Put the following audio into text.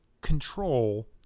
control